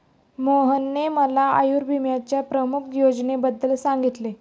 मोहनने मला आयुर्विम्याच्या प्रमुख योजनेबद्दल सांगितले